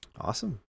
Awesome